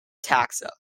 taxa